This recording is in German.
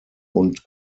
und